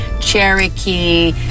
Cherokee